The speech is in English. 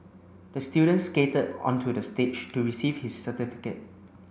the student skated onto the stage to receive his certificate